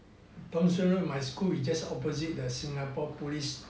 thomson road my school is just opposite the singapore police